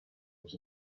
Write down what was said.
was